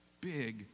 Big